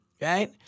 right